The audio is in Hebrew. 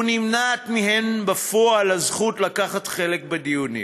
ונמנעת מהם בפועל הזכות לקחת חלק בדיונים.